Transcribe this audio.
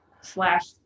slash